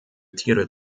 tiere